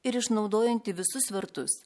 ir išnaudojanti visus svertus